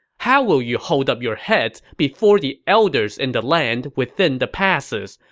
how will you hold up your heads before the elders in the land within the passes,